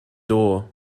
door